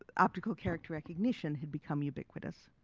ah optical character recognition has become ubiquitous.